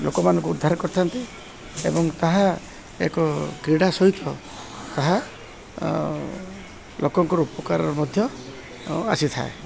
ଲୋକମାନଙ୍କୁ ଉଦ୍ଧାର କରିଥାନ୍ତି ଏବଂ ତାହା ଏକ କ୍ରୀଡ଼ା ସହିତ ତାହା ଲୋକଙ୍କର ଉପକାରରେ ମଧ୍ୟ ଆସିଥାଏ